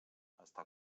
està